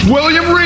William